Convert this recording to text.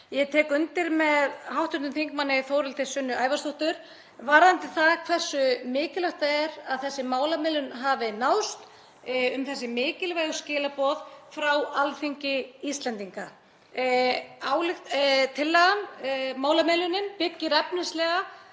Ég tek undir með hv. þm. Þórhildi Sunnu Ævarsdóttur varðandi það hversu mikilvægt það er að þessi málamiðlun hafi náðst um þessi mikilvægu skilaboð frá Alþingi Íslendinga. Tillagan, málamiðlunin, byggir efnislega